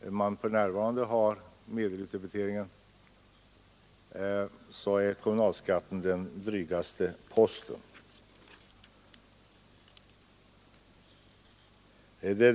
där man för närvarande har gränsen där kommunalskatten utgör den drygaste posten.